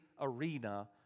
arena